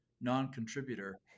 non-contributor